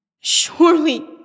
Surely